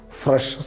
fresh